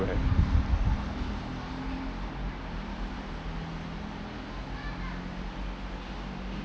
have